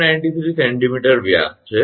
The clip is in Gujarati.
93 𝑐𝑚 વ્યાસ છે બરાબર